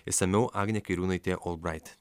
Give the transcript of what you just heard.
išsamiau agnė kairiūnaitė olbrait